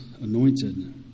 anointed